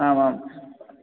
आम् आम्